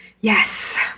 Yes